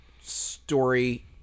story